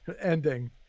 ending